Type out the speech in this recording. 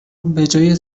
بجای